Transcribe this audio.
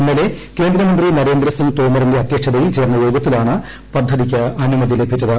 ഇന്നലെ കേന്ദ്രമന്ത്രി നരേന്ദ്രസിംഗ് തോമറിന്റെ അദ്ധ്യക്ഷതയിൽ ചേർന്ന യോഗത്തിലാണ് പദ്ധതിക്ക് അനുമതി ലഭിച്ചത്